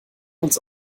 uns